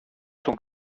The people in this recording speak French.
sont